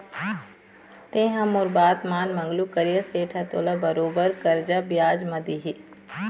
तेंहा मोर बात मान मंगलू करिया सेठ ह तोला बरोबर करजा बियाज म दिही